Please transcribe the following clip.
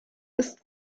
ist